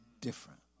different